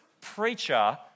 preacher